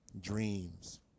Dreams